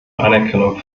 anerkennung